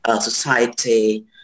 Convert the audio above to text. Society